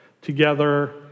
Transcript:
together